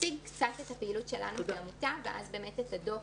אציג בקצרה את הפעילות שלנו כעמותה ואת הדוח